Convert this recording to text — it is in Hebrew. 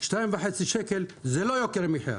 2.5 שקל זה לא יוקר מחיה.